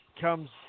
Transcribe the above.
comes